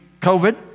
COVID